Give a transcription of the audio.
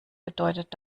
bedeutet